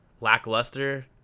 lackluster